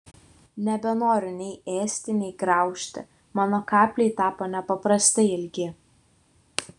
nebenoriu nei ėsti nei graužti mano kapliai tapo nepaprastai ilgi